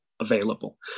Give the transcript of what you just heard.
available